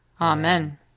Amen